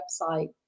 website